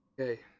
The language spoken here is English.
okay